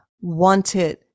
wanted